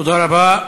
תודה רבה.